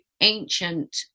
ancient